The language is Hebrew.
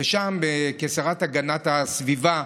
שם, כשרה להגנת הסביבה,